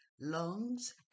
lungs